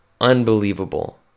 unbelievable